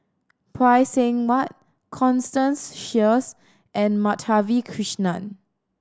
Phay Seng Whatt Constance Sheares and Madhavi Krishnan